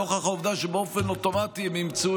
נוכח העובדה שבאופן אוטומטי הם ימצאו